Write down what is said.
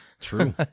True